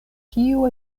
kiu